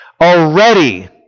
Already